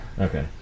Okay